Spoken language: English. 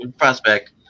prospect